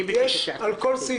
אני רוצה לחדש את הישיבה.